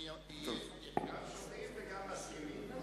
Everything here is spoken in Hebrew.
גם שומעים וגם מסכימים.